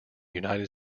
united